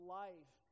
life